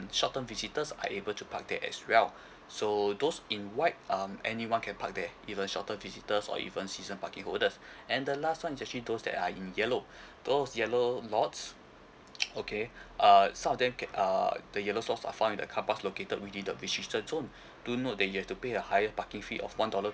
shorten visitors are able to park there as well so those in white um anyone can park there even shorten visitors or even season parking holders and the last one is actually those that are in yellow those yellow lots okay err some of them can uh the yellow lots are find in the car park located within the restricted zone do note that you have to pay a higher parking fee of one dollar